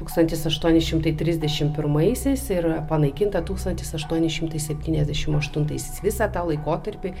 tūkstantis aštuoni šimtai trisdešimt pirmaisiais ir panaikinta tūkstantis aštuoni šimtai septyniasdešimt aštuniaisiais visą tą laikotarpį